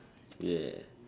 yeah